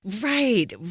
Right